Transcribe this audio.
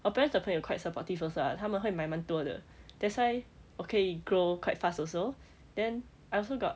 我 parents 的朋友 quite supportive also ah 他们会买蛮多的 that's why 我可以 grow quite fast also then I also got